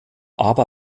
aber